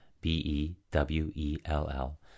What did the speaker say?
B-E-W-E-L-L